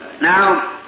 now